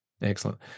Excellent